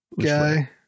guy